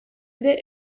ere